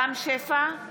רם שפע,